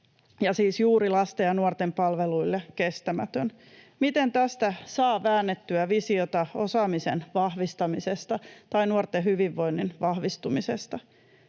ja siis juuri lasten ja nuorten palveluille kestämätön. Miten tästä saa väännettyä visiota osaamisen vahvistamisesta tai nuorten hyvinvoinnin vahvistumisesta?